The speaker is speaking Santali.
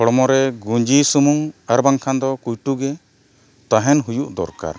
ᱦᱚᱲᱢᱚ ᱨᱮ ᱜᱩᱸᱡᱤ ᱥᱩᱢᱩᱝ ᱟᱨ ᱵᱟᱝᱠᱷᱟᱱ ᱫᱚ ᱠᱩᱭᱴᱩ ᱜᱮ ᱛᱟᱦᱮᱱ ᱦᱩᱭᱩᱜ ᱫᱚᱨᱠᱟᱨ